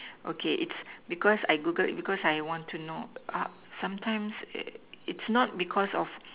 okay it's because I Googled it because I want to know sometimes it's not because of